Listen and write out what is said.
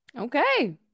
Okay